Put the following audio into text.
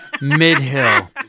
mid-hill